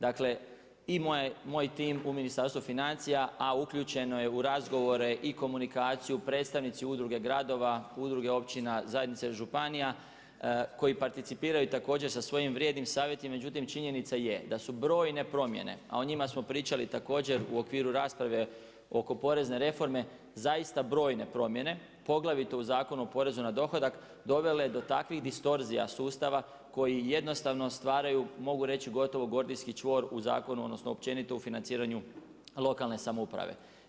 Dakle i moj tim u Ministarstvu financija, a uključeno je u razgovore i komunikaciju predstavnici Udruge gradova, Udruge općina, zajednice županija koji participiraju također sa svojim vrijednim savjetima, međutim činjenica je da su brojne promjene, a o njima smo pričali također u okviru rasprave oko porezne reforme zaista brojne promjene, poglavito u Zakonu o porezu na dohodak dovele do takvih distorzija sustava koji jednostavno stvaraju mogu reći gotovo gordijski čvor u zakonu odnosno općenito u financiranju lokalne samouprave.